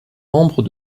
membres